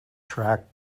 track